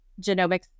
genomics